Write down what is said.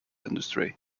industry